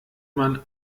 man